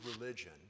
religion